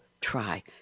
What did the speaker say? try